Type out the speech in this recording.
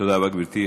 תודה רבה, גברתי.